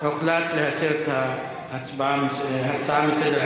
הוחלט להסיר את ההצעה מסדר-היום.